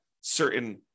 certain